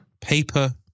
paper